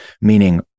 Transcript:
meaning